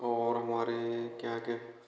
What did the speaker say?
और हमारे क्या कह